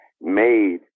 made